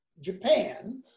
Japan